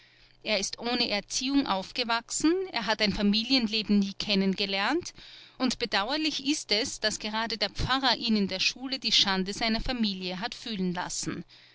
er ist ohne erziehung aufgewachsen er hat ein familienleben nie kennengelernt und bedauerlich ist es daß gerade der pfarrer ihn in der schule die schande seiner familie hat fühlen lassen